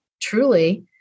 truly